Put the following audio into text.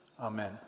Amen